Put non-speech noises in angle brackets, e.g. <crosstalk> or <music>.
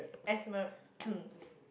asthma <coughs>